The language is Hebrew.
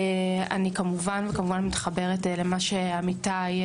אני כמובן כמובן מתחברת למה שאמרו כאן עמיתיי